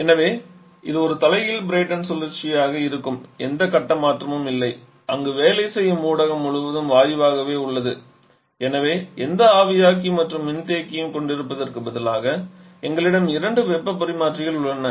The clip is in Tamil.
எனவே இது ஒரு தலைகீழ் பிரைட்டன் சுழற்சியாக இருக்கும் எந்த கட்ட மாற்றமும் இல்லை அங்கு வேலை செய்யும் ஊடகம் முழுவதும் வாயுவாகவே உள்ளது எனவே எந்த ஆவியாக்கி மற்றும் மின்தேக்கியையும் கொண்டிருப்பதற்கு பதிலாக எங்களிடம் இரண்டு வெப்பப் பரிமாற்றிகள் உள்ளன